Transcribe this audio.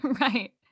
right